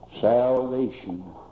salvation